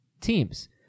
teams